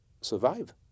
survive